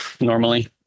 normally